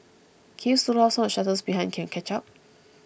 can you slow down so the shuttles behind can catch up